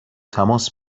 تماس